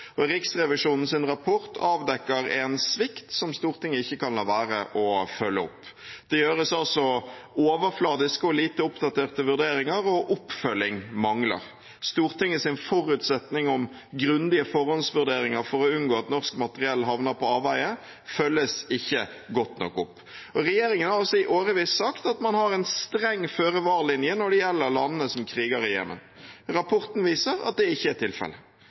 som Riksrevisjonen har avdekket og kritisert, fortjener at ordet «skandale» tas i bruk. Det er fullstendig uholdbart at salg til land som deltok i Jemen-krigen, ikke ble stanset, og Riksrevisjonens rapport avdekker en svikt som Stortinget ikke kan la være å følge opp. Det gjøres altså overfladiske og lite oppdaterte vurderinger, og oppfølging mangler. Stortingets forutsetning om grundige forhåndsvurderinger for å unngå at norsk materiell havner på avveie, følges ikke godt nok opp. Regjeringen har i årevis sagt at man har en streng føre-var-linje når det